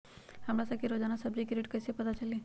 हमरा सब के रोजान सब्जी के रेट कईसे पता चली?